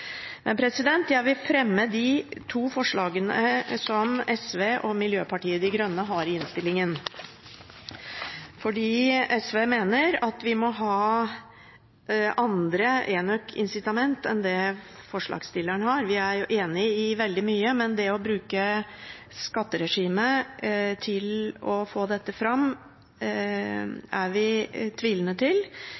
Jeg vil ta opp de to forslagene som SV og Miljøpartiet De Grønne fremmer i innstillingen, for SV mener at vi må ha andre enøkincitament enn det forslagsstillerne foreslår. Vi er jo enig i veldig mye, men det å bruke skatteregimet til å få dette fram